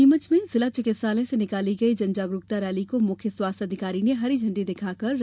नीमच में जिला चिकित्सालय से निकाली गई जन जागरूकता रैली को मुख्य स्वास्थ्य अधिकारी ने हरी झंडी दिखाकर रवाना किया